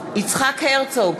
יצחק הרצוג,